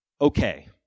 okay